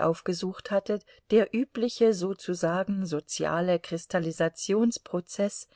aufgesucht hatte der übliche sozusagen soziale kristallisationsprozeß